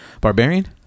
barbarian